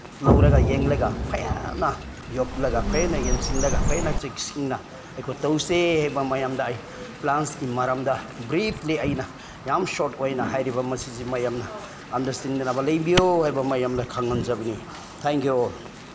ꯂꯧꯔꯒ ꯌꯦꯡꯂꯒ ꯀꯌꯥꯝꯅ ꯌꯣꯛꯂꯒ ꯐꯖꯅ ꯌꯦꯡꯁꯤꯜꯂꯒ ꯐꯖꯅ ꯆꯦꯛꯁꯤꯟꯅ ꯑꯩꯈꯣꯏ ꯇꯧꯁꯦ ꯍꯥꯏꯕ ꯃꯌꯥꯝꯗ ꯑꯩ ꯄ꯭ꯂꯥꯟꯁꯀꯤ ꯃꯔꯝꯗ ꯕ꯭ꯔꯤꯐꯂꯤ ꯑꯩꯅ ꯌꯥꯝ ꯁꯣꯔꯠ ꯑꯣꯏꯅ ꯍꯥꯏꯔꯤꯕ ꯃꯁꯤꯁꯤ ꯃꯌꯥꯝꯅ ꯑꯟꯗꯔꯁꯇꯦꯟꯗꯤꯡ ꯑꯃ ꯂꯩꯕꯤꯌꯨ ꯍꯥꯏꯕ ꯃꯌꯥꯝꯗ ꯈꯪꯍꯟꯖꯕꯅꯤ ꯊꯦꯡꯛ ꯌꯨ ꯑꯣꯜ